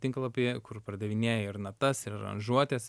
tinklapį kur pardavinėja ir natas ir aranžuotes